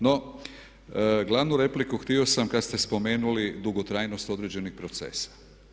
No, glavnu repliku htio sam kad ste spomenuli dugotrajnost određenih procesa.